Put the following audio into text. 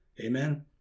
Amen